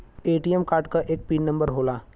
ATM card क एक PIN number होला